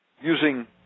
using